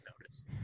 notice